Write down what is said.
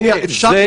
שנייה, אפשר?